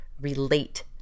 relate